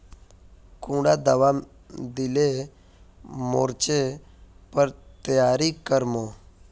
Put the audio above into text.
कुंडा दाबा दिले मोर्चे पर तैयारी कर मो?